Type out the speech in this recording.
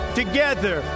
together